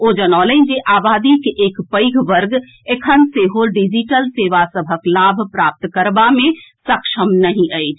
ओ जनौलनि जे आबादीक एक पैघ वर्ग एखन सेहो डिजिटल सेवा सभक लाभ प्राप्त करबा मे सक्षम नहि अछि